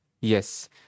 Yes